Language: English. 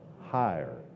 higher